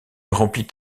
remplit